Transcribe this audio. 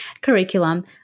curriculum